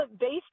based